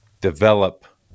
develop